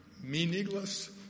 meaningless